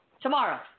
tomorrow